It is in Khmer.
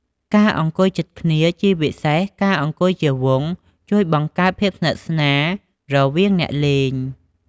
ការអង្គុយជិតគ្នា ជាពិសេសការអង្គុយជាវង់ ជួយបង្កើនភាពស្និទ្ធស្នាល រវាងអ្នកលេង។